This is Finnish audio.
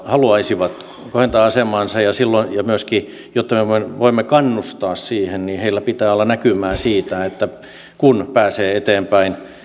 haluaisivat kohentaa asemaansa ja jotta me voimme myöskin kannustaa siihen niin heillä pitää olla näkymää siitä että kun pääsee eteenpäin